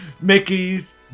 Mickey's